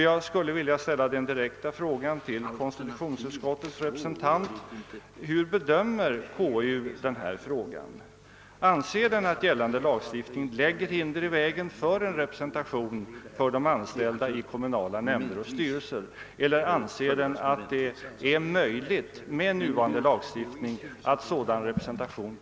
Jag skulle vilja ställa den direkta frågan till konstitutionsutskottets talesman: Hur bedömer konstitutionsutskottet detta problem? Anser utskottet att gällande lagstiftning lägger hinder i vägen för en representation för de anställda i kommunala nämnder och styrelser, eller anser det att det med nuvarande lagstiftning är möjligt att åstadkomma sådan representation?